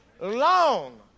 long